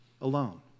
alone